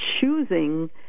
choosing